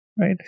Right